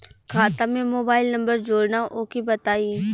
खाता में mobile number जोड़ना ओके बताई?